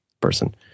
person